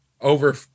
over